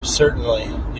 certainly